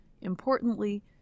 importantly